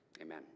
Amen